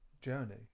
journey